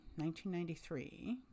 1993